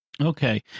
Okay